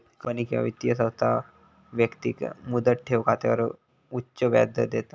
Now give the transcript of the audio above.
company किंवा वित्तीय संस्था व्यक्तिक मुदत ठेव खात्यावर उच्च व्याजदर देता